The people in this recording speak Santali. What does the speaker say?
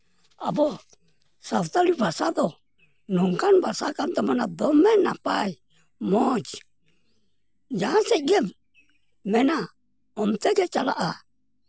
ᱟᱵᱚ ᱥᱟᱱᱛᱟᱲᱤ ᱵᱷᱟᱥᱟ ᱫᱚ ᱱᱚᱝᱠᱟᱱ ᱵᱷᱟᱥᱟ ᱠᱟᱱ ᱛᱟᱵᱳᱱᱟ ᱫᱚᱢᱮ ᱱᱟᱯᱟᱭ ᱢᱚᱡᱽ ᱡᱟᱦᱟᱸ ᱥᱮᱫ ᱜᱮ ᱢᱮᱱᱟᱜ ᱚᱱᱛᱮᱜᱮ ᱪᱟᱞᱟᱜᱼᱟ